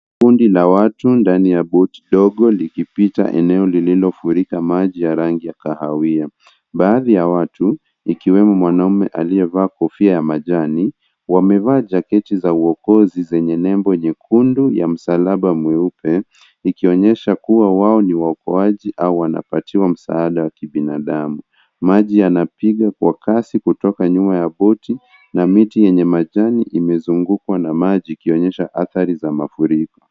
Kundi la watu ndani ya boti ndogo likipita eneo lililofurika maji ya rangi ya kahawia. Baadhi ya watu ikiwemo mwanaume aliyevaa kofia ya majani. Wamevaa jaketi za uokozi zenye nembo nyekundu ya msalaba mweupe ikionyesha kuwa wao ni waokoaji au wanapatiwa msaada wa kibinadamu. Maji yanapiga kwa kasi kutoka nyuma ya boti na miti yenye majani imezungukwa na maji ikionyesha athari ya mafuriko.